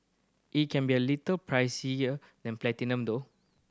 it can be a little pricier than Platinum though